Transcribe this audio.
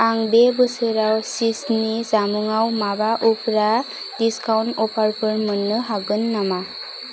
आं बे बोसोराव चीजनि जामुंआव माबा उफ्रा डिसकाउन्ट अफारफोर मोन्नो हागोन नामा